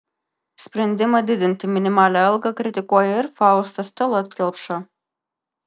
sprendimą didinti minimalią algą kritikuoja ir faustas tallat kelpša